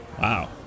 Wow